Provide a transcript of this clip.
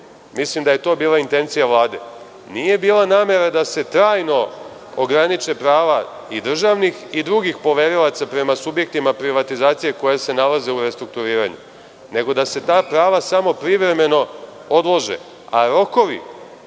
mislim da je to bila intencija Vlade, nije bila namera da se trajno ograniče prava i državnih i drugih poverilaca prema subjektima privatizacije koja se nalaze u restrukturiranju, nego da se ta prava samo privremeno odlože, a rokovi